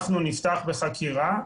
אנחנו נפתח בחקירה.